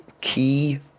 key